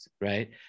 right